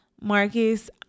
Marcus